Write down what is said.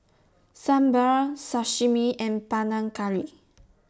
Sambar Sashimi and Panang Curry